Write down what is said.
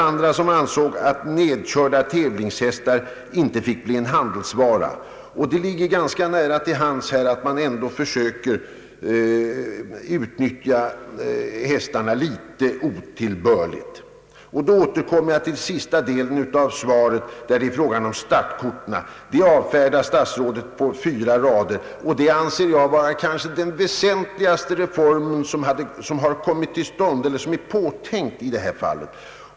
Andra framhöll att nedkörda tävlingshästar inte fick bli handelsvara. Det ligger ganska nära till hands att man ändå försöker utnyttja hästarna otillbörligt. Jag kommer nu till den sista delen av svaret, där det är fråga om startkorten. Den frågan avfärdar statsrådet på fyra rader. Jag anser att detta är den väsentligaste reform som är påtänkt på detta område.